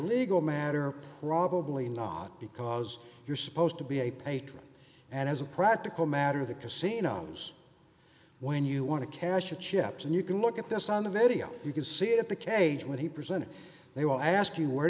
legal matter rob a bully not because you're supposed to be a patron and as a practical matter the casinos when you want to cash the chips and you can look at this on the video you can see that the cage when he presented they will ask you where